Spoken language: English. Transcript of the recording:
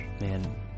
Man